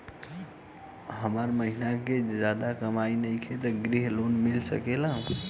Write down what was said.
हमर महीना के ज्यादा कमाई नईखे त ग्रिहऽ लोन मिल सकेला?